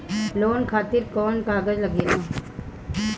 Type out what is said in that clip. Loan खातिर कौन कागज लागेला?